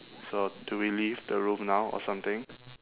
so do we leave the room now or something